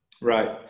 Right